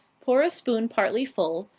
pour a spoon partly full,